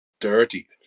dirty